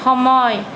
সময়